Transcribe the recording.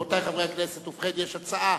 רבותי חברי הכנסת, יש הצעה,